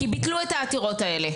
כי ביטלו את העתירות האלה,